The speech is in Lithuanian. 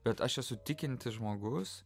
bet aš esu tikintis žmogus